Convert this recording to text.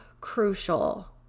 crucial